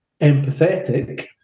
empathetic